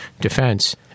defense